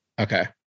Okay